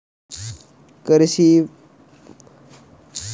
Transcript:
कृषि पद्धतियाँ कौन कौन सी हैं?